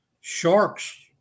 sharks